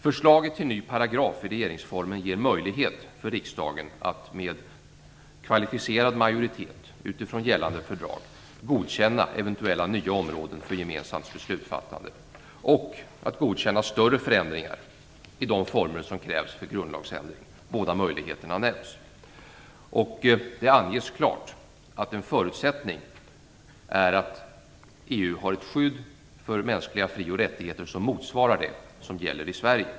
Förslaget till ny paragraf i regeringsformen ger riksdagen möjlighet att med kvalificerad majoritet utifrån gällande fördrag godkänna eventuella nya områden för gemensamt beslutsfattande och att godkänna större förändringar i de former som krävs för grundlagsändring. Båda möjligheterna nämns. Det anges också klart att en förutsättning är att EU har ett skydd för mänskliga fri och rättigheter som motsvarar det som gäller i Sverige.